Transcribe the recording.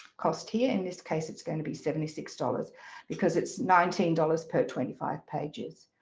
cost here. in this case it's going to be seventy six dollars because it's nineteen dollars per twenty five pages.